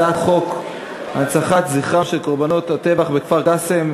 הצעת חוק הנצחת זכרם של קורבנות הטבח בכפר-קאסם,